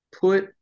put